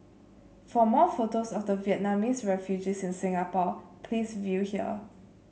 for more photos of the Vietnamese refugees in Singapore please view here